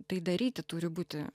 tai daryti turi būti